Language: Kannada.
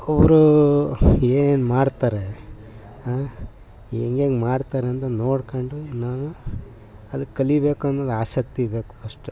ಅವರೂ ಏನೇನು ಮಾಡ್ತಾರೆ ಹಾಂ ಹೆಂಗೆಂಗೆ ಮಾಡ್ತಾರಂತ ನೋಡ್ಕೊಂಡು ನಾನು ಅದು ಕಲಿಬೇಕು ಅನ್ನೋದು ಆಸಕ್ತಿ ಬೇಕು ಫಶ್ಟ್